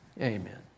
Amen